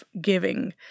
giving